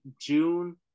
June